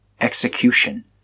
Execution